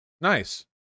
Nice